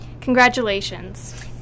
Congratulations